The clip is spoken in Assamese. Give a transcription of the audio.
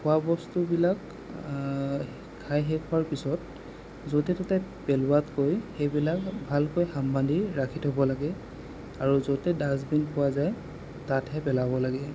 খোৱা বস্তুবিলাক খাই শেষ হোৱাৰ পিছত য'তে ত'তে পেলোৱাতকৈ সেইবিলাক ভালকৈ খাম বান্ধি ৰাখি থ'ব লাগে আৰু য'তে ডাষ্টবিন পোৱা যায় তাতহে পেলাব লাগে